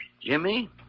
Jimmy